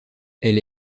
elle